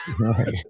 Right